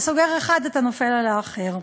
אתה סוגר אחד, אתה נופל על האחר.